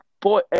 boy